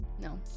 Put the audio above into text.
No